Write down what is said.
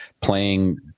playing